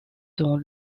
dans